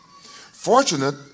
Fortunate